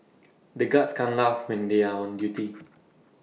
the guards can't laugh when they are on duty